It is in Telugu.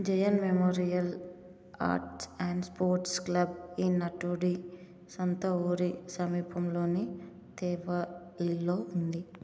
Jayan memorial arts and sports club ఈ నటుడి సొంత ఊరి సమీపంలోని తేవల్లిలో ఉంది